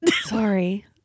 Sorry